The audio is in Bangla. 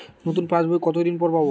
নতুন পাশ বই কত দিন পরে পাবো?